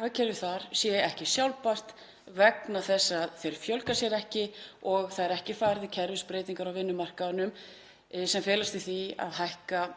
hagkerfið þar sé ekki sjálfbært vegna þess að þeir fjölga sér ekki og það er ekki farið í kerfisbreytingar á vinnumarkaðinum sem felast í því að hækka